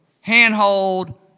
handhold